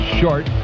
short